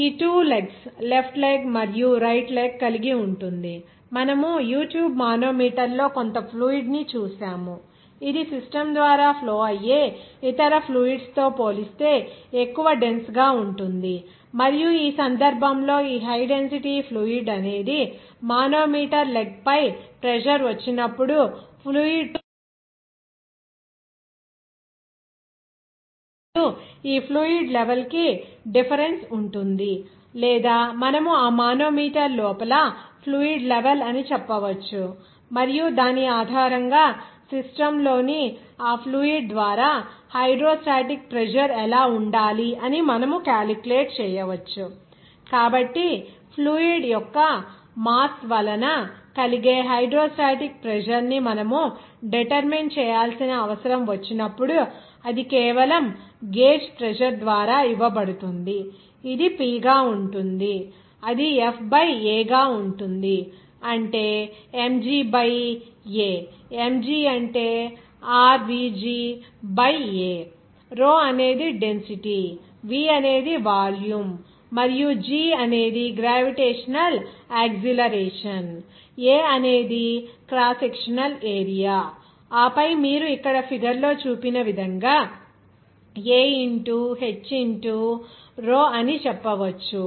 ఇది two legs left leg మరియు right leg కలిగి ఉంటుంది మనము U ట్యూబ్ మానోమీటర్ లో కొంత ఫ్లూయిడ్ ని చూసాము ఇది సిస్టమ్ ద్వారా ఫ్లో అయ్యే ఇతర ఫ్లూయిడ్స్ తో పోలిస్తే ఎక్కువ డెన్స్ గా ఉంటుంది మరియు ఈ సందర్భంలో ఈ హై డెన్సిటీ ఫ్లూయిడ్ అనేది మానోమీటర్ లెగ్ పై ప్రెజర్ వచ్చినప్పుడు ఫ్లూయిడ్ కొద్దిగా పైకి కదులుతుందని మీరు చూస్తారు మరియు ఈ ఫ్లూయిడ్ లెవెల్ కి డిఫరెన్స్ ఉంటుంది లేదా మనము ఆ మానోమీటర్ లోపల ఫ్లూయిడ్ లెవెల్ ని చెప్పవచ్చు మరియు దాని ఆధారంగా సిస్టమ్ లోని ఆ ఫ్లూయిడ్ ద్వారా హైడ్రోస్టాటిక్ ప్రెజర్ ఎలా ఉండాలి అని మనము కాలిక్యులేట్ చేయవచ్చు కాబట్టి ఫ్లూయిడ్ యొక్క మాస్ వలన కలిగే హైడ్రోస్టాటిక్ ప్రెజర్ ని మనం డెటెర్మిన్ చేయాల్సిన అవసరం వచ్చినప్పుడు అది కేవలం గేజ్ ప్రెజర్ ద్వారా ఇవ్వబడుతుంది అది P గా ఉంటుంది అది F బై A గా ఉంటుంది అంటే mg బై A mg అంటే rVg బై A rho అనేది డెన్సిటీ V అనేది వాల్యూమ్ మరియు g అనేది గ్రావిటేషనల్ యాక్సిలరేషన్ A అనేది క్రాస్ సెక్షనల్ ఏరియా ఆపై మీరు ఇక్కడ ఫిగర్ లో చూపిన విధంగా A into h into rho అని చెప్పవచ్చు